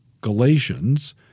Galatians